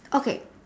okay